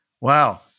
Wow